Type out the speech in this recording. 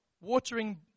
watering